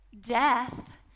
death